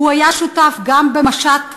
היה שותף גם למשט לעזה,